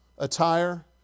attire